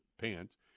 pants